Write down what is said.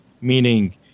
Meaning